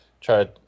Try